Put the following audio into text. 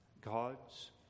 God's